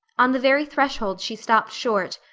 on the very threshold she stopped short,